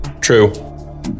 True